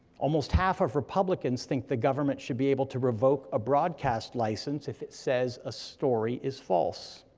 almost half of republicans think the government should be able to revoke a broadcast license if it says a story is false.